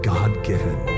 God-given